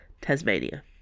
Tasmania